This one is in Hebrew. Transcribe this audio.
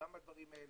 גם בדברים האלה.